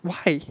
why